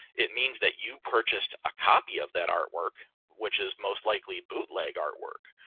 it means that you purchased a copy of that artwork which is most likely bootleg artwork.